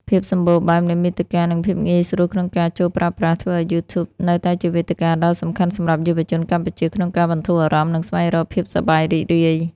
ភាពសម្បូរបែបនៃមាតិកា និងភាពងាយស្រួលក្នុងការចូលប្រើប្រាស់ ធ្វើឲ្យ YouTube នៅតែជាវេទិកាដ៏សំខាន់សម្រាប់យុវជនកម្ពុជាក្នុងការបន្ធូរអារម្មណ៍ និងស្វែងរកភាពសប្បាយរីករាយ។